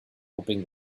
hoping